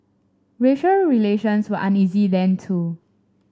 racial relations were uneasy then too